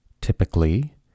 typically